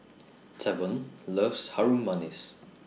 Tavon loves Harum Manis